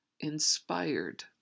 inspired